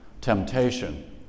temptation